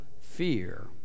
fear